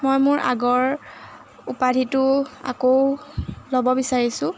মই মোৰ আগৰ উপাধিটো আকৌ ল'ব বিচাৰিছোঁ